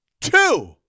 two